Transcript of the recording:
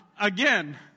Again